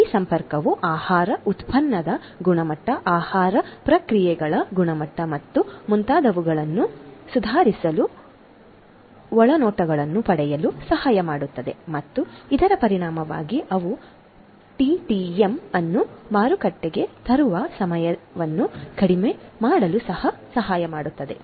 ಈ ಸಂಪರ್ಕವು ಆಹಾರ ಉತ್ಪನ್ನದ ಗುಣಮಟ್ಟ ಆಹಾರ ಪ್ರಕ್ರಿಯೆಗಳ ಗುಣಮಟ್ಟ ಮತ್ತು ಮುಂತಾದವುಗಳನ್ನು ಸುಧಾರಿಸಲು ಒಳನೋಟಗಳನ್ನು ಪಡೆಯಲು ಸಹಾಯ ಮಾಡುತ್ತದೆ ಮತ್ತು ಇದರ ಪರಿಣಾಮವಾಗಿ ಅವು ಟಿಟಿಎಂ ಅನ್ನು ಮಾರುಕಟ್ಟೆಗೆ ತರುವ ಸಮಯವನ್ನು ಕಡಿಮೆ ಮಾಡಲು ಸಹ ಸಹಾಯ ಮಾಡುತ್ತದೆ